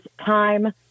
time